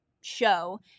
show